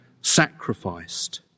sacrificed